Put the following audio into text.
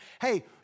hey